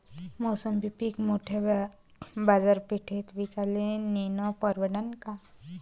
मोसंबी पीक मोठ्या बाजारपेठेत विकाले नेनं परवडन का?